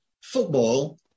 football